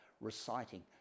reciting